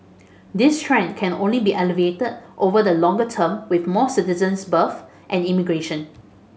this trend can only be alleviated over the longer term with more citizens births and immigration